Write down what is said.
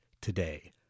today